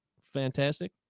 fantastic